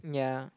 yeah